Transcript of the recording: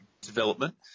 development